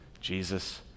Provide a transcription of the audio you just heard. Jesus